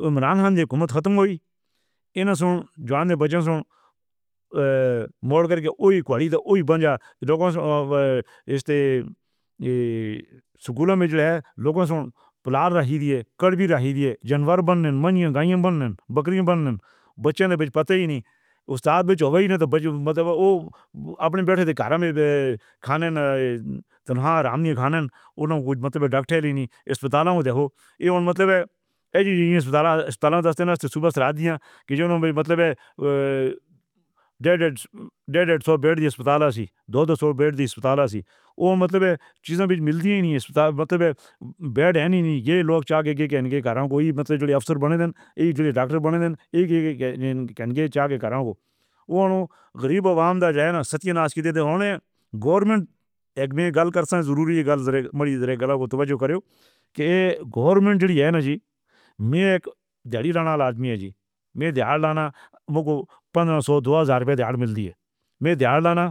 عمران خان دی حکومت ختم ہوئی انسان زندگی میں بچوں سے عمر موڑ کر کے وہی کہلاتا ہے لوکل ایسے۔ سکول میں چلائے لوگوں سے بلا رہی ہے۔ کڑوی رہی ہے جانور بنے نہیں گائے بنے نہ بکری بنے بچے نے بھی پتا ہی نہیں۔ اُستاد بھی جب مطلب وو اپنے بیٹھے تھے کرم کھانے نہ حرامنی کانن اُن مطلب ڈاکٹر نہیں۔ اسپتال تو یہ مطلب ہے جی اسپتال اسپتال صبح شروعایت دیا کہ جناب۔ مطلب ڈیڑھ ڈیڑھ سو بید کے اسپتال سے دو سو بید کے اسپتال سے وہ مطلب پیچھے سے ملتی نہیں۔ اس مطلب بید نہیں یہ لوگ چاہے کسی دا راں کو۔ یہی مطلب افسر بنے ہیں۔ یہی ڈاکٹر بنے تھے۔ یہی کہنگے چا کے کرہوکو۔ او غریب عوام دا ستیاناش کِیے۔ دونوں گورنمنٹ اگر گَل کر سکے۔ ضروری گَل۔ مڑی گَلا۔ توجہ کریو کہ یے گورنمنٹ جڑی ہے نا جی میں اک دےہاڑی رہن والا آدمی ہے جی۔ میں دےہاڑ لانا میرے کو پندرہ سو دو ہزار روپے دےہاڑ مل دِیے۔ میں دےہاڑ لانا